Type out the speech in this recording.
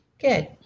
good